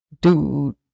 dude